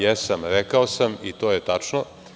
Jesam, rekao sam, i to je tačno.